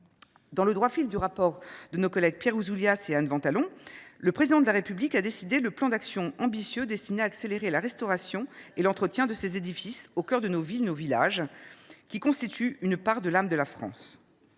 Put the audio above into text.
Dans le droit fil du rapport d’information de nos collègues Pierre Ouzoulias et Anne Ventalon, le Président de la République a décidé un plan d’action ambitieux destiné à accélérer la restauration et l’entretien de ces édifices au cœur de nos villes et de nos villages, qui constituent une part de l’âme de la France.